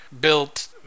built